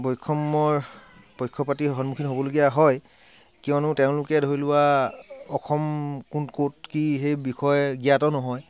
বৈষম্যৰ পক্ষপাতি সন্মুখীন হ'বলগীয়া হয় কিয়নো তেওঁলোকে ধৰি লোৱা অসম কোন ক'ত কি সেই বিষয়ে জ্ঞাত নহয়